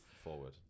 forward